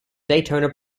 daytona